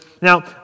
Now